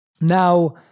Now